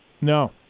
No